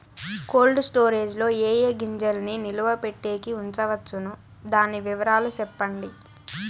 Cold storage లో ఏ ఏ గింజల్ని నిలువ పెట్టేకి ఉంచవచ్చును? దాని వివరాలు సెప్పండి?